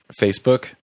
Facebook